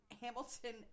Hamilton